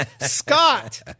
Scott